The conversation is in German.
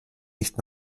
nicht